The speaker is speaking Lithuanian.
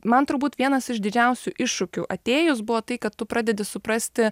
man turbūt vienas iš didžiausių iššūkių atėjus buvo tai kad tu pradedi suprasti